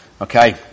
Okay